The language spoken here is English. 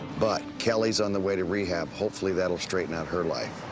but kelly's on the way to rehab. hopefully that'll straighten out her life.